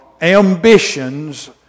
ambitions